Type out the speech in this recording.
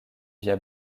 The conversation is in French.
via